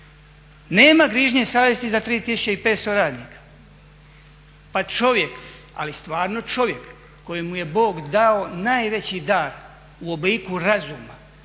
Nema grižnje savjesti za 3500 radnika. Pa čovjek, ali stvarno čovjek kojemu je Bog dao najveći dar u obliku razuma